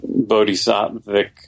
Bodhisattvic